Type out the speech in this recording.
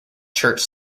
church